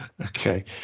Okay